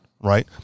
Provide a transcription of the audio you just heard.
right